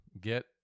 Get